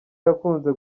yakunze